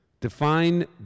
define